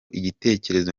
igitekerezo